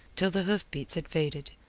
till the hoofbeats had faded.